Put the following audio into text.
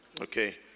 Okay